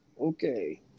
okay